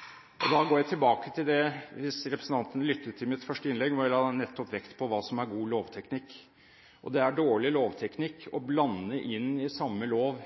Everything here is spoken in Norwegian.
uvirksomme. Da går jeg tilbake til mitt første innlegg, hvis representanten lyttet til det, hvor jeg nettopp la vekt på hva som er god lovteknikk. Og det er dårlig lovteknikk å blande inn i samme lov,